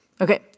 Okay